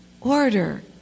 order